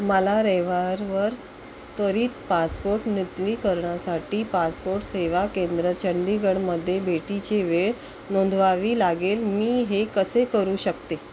मला रविवारवर त्वरित पासपोर्ट नूतनीकरणासाठी पासपोर्ट सेवा केंद्र चंडीगढमध्ये भेटीचे वेळ नोंदवावी लागेल मी हे कसे करू शकते